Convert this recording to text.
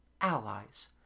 allies